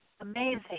Amazing